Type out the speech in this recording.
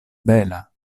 bela